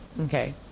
okay